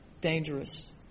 dangerous